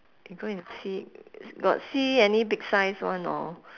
can go and see got see any big size one or